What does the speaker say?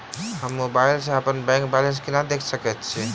हम मोबाइल सा अपने बैंक बैलेंस केना देख सकैत छी?